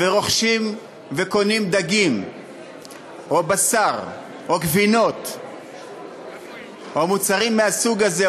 ורוכשים וקונים דגים או בשר או גבינות או מוצרים מהסוג הזה,